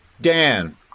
Dan